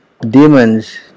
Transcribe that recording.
Demons